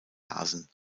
lasen